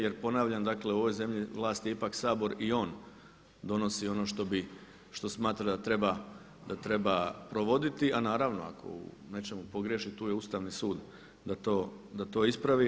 Jer ponavljam dakle u ovoj zemlji vlast je ipak Sabor i on donosi ono što smatra da treba provoditi, a naravno ako u nečemu pogriješi tu je Ustavni sud da to ispravi.